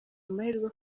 amahirwe